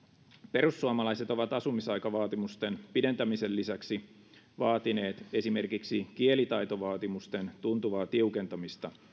perussuomalaiset ovat asumisaikavaatimusten pidentämisen lisäksi vaatineet esimerkiksi kielitaitovaatimusten tuntuvaa tiukentamista